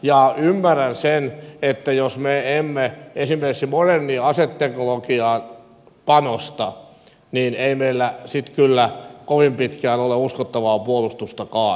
ja ymmärrän sen että jos me emme esimerkiksi moderniin aseteknologiaan panosta niin ei meillä sitten kyllä kovin pitkään ole uskottavaa puolustustakaan